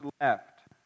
left